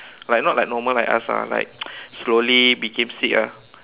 like not normal like us ah like slowly became sick ah